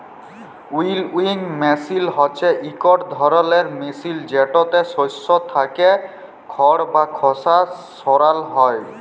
উইলউইং মিশিল হছে ইকট ধরলের মিশিল যেটতে শস্য থ্যাইকে খড় বা খসা সরাল হ্যয়